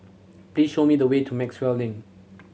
please show me the way to Maxwell Link